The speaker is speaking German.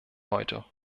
heute